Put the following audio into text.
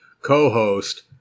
co-host